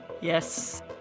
Yes